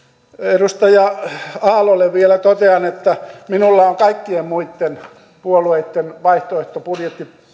edustaja aallolle vielä totean että minulla on kaikkien muitten puolueitten vaihtoehtobudjetti